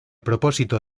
propósito